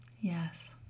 yes